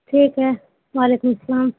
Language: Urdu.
ٹھیک ہے وعلیکم السلام